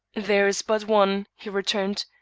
there is but one, he returned,